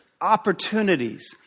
opportunities